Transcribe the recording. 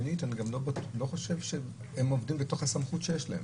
שנית, הם עובדים בתוך הסמכות שיש להם.